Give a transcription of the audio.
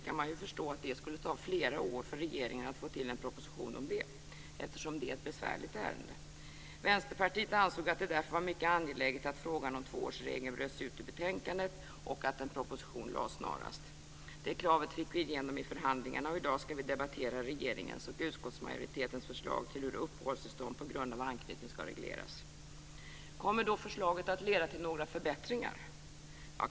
Man kan förstå att det skulle ta flera år för regeringen att få till en proposition om det, eftersom det är ett besvärligt ärende. Vänsterpartiet ansåg att det därför var mycket angeläget att frågan om tvåårsregeln bröts ut ur betänkandet och att en proposition lades fram snarast. Det kravet fick vi igenom i förhandlingarna, och i dag ska vi debattera regeringens och utskottsmajoritetens förslag till hur uppehållstillstånd på grund av anknytning ska regleras. Kommer då förslaget att leda till några förbättringar?